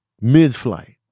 mid-flight